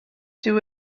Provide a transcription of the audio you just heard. dyw